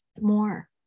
more